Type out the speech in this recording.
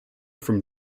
from